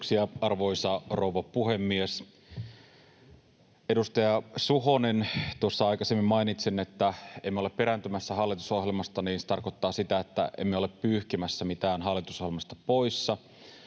Kiitoksia, arvoisa rouva puhemies! Edustaja Suhonen, kun tuossa aikaisemmin mainitsin, että emme ole perääntymässä hallitusohjelmasta, niin se tarkoittaa sitä, että emme ole pyyhkimässä mitään hallitusohjelmasta pois.